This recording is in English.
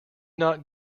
not